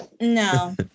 No